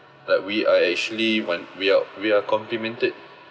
like we are actually one we are we are complimented